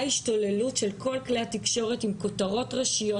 השתוללות של כל כלי התקשורת עם כותרות ראשיות,